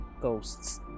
ghosts